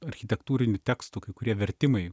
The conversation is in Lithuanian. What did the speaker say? architektūrinių tekstų kai kurie vertimai